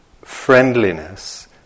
friendliness